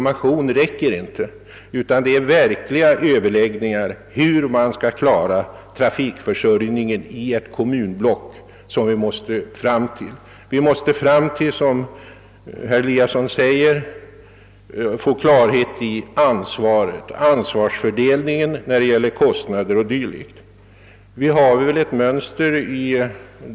Vi måste få till stånd verkliga överläggningar om hur trafikförsörjningen i ett kommunblock skall ordnas. Som herr Eliasson i Sundborn framhöll måste det också skapas klarhet i ansvarsfördelningen, bl.a. när det gäller kostnaderna.